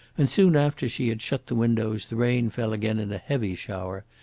and soon after she had shut the windows the rain fell again in a heavy shower,